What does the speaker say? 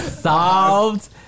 solved